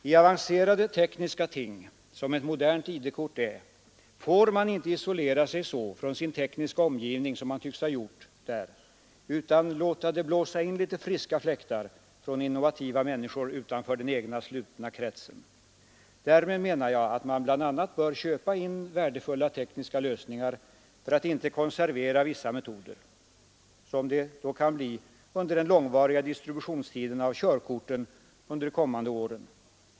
I avancerade tekniska ting, som ett modernt ID-kort är, får man inte isolera sig så från sin tekniska omgivning som man tycks ha gjort. Man måste låta det blåsa in litet friska fläktar från innovativa människor utanför den egna slutna kretsen. Därmed menar jag att man bl.a. bör köpa in värdefulla tekniska lösningar för att inte konservera vissa metoder, något som kan bli fallet under den långvariga distributionstiden för körkorten under de kommande åren.